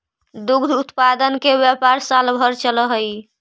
दुग्ध उत्पादन के व्यापार साल भर चलऽ हई